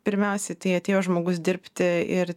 pirmiausiai tai atėjo žmogus dirbti ir